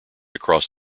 across